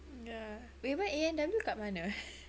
ya eh but A&W kat mana